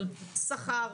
אבל שכר,